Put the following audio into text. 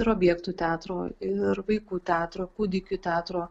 ir objektų teatro ir vaikų teatro kūdikių teatro